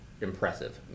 impressive